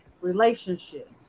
relationships